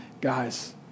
guys